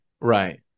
Right